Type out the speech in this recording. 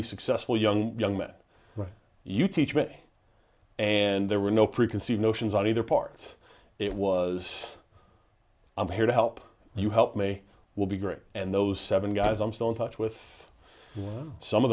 be successful young young men you teach me and there were no preconceived notions on either parts it was i'm here to help you help me will be great and those seven guys i'm still in touch with some of